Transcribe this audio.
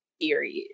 period